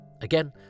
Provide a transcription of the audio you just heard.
Again